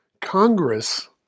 Congress